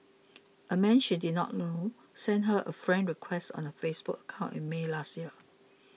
a man she did not know sent her a friend request on her Facebook account in May last year